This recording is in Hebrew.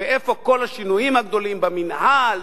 איפה כל השינויים הגדולים במינהל,